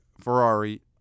Ferrari